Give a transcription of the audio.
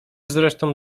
zresztą